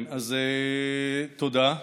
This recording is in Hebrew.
אז תודה.